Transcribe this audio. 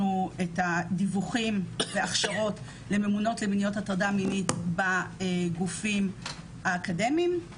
את הדיווחים וההכשרות לממונות למניעת הטרדה מינית בגופים האקדמיים,